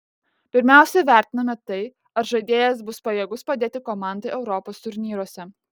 pirmiausia vertiname tai ar žaidėjas bus pajėgus padėti komandai europos turnyruose